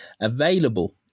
available